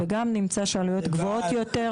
הלוואי,